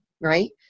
right